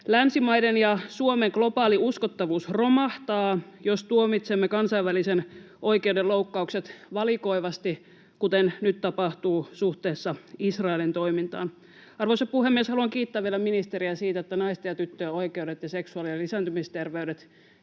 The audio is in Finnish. länsimaiden ja Suomen globaali uskottavuus romahtaa, jos tuomitsemme kansainvälisen oikeuden loukkaukset valikoivasti, kuten nyt tapahtuu suhteessa Israelin toimintaan. Arvoisa puhemies! Haluan kiittää vielä ministeriä siitä, että naisten ja tyttöjen oikeudet ja seksuaali- ja lisääntymisterveys